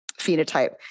phenotype